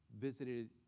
visited